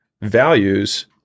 values